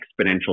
exponential